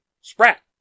Sprat